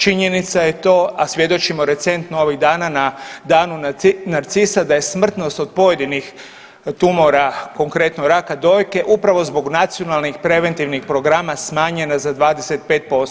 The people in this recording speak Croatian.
Činjenica je to, a svjedočimo recentno ovih dana na Danu narcisa da je smrtnost od pojedinih tumora, konkretno raka dojke upravo zbog Nacionalnih preventivnih programa smanjena za 25%